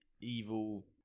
evil